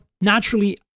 naturally